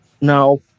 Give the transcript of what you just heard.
Now